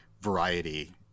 variety